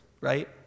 right